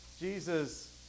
Jesus